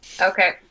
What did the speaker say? Okay